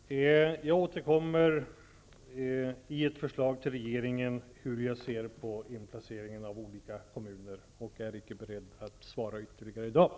Herr talman! Jag återkommer i ett förslag till regeringen om hur jag ser på inplaceringen av olika kommuner i stödområden, och jag är inte beredd att i dag svara ytterligare på detta.